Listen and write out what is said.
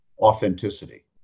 authenticity